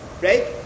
right